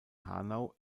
hanau